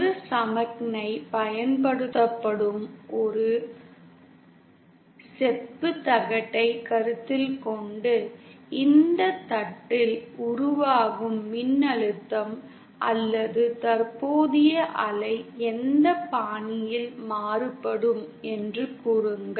ஒரு சமிக்ஞை பயன்படுத்தப்படும் ஒரு செப்புத் தகட்டைக் கருத்தில் கொண்டு இந்த தட்டில் உருவாகும் மின்னழுத்தம் அல்லது தற்போதைய அலை எந்த பாணியில் மாறுபடும் என்று கூறுங்கள்